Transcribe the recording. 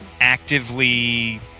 actively